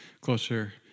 closer